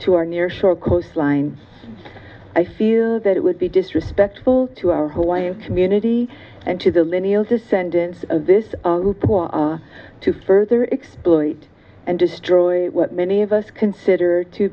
our near shore coastline i feel that it would be disrespectful to our white community and to the lineage descendants of this poor to further exploited and destroy what many of us consider to